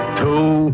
two